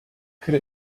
could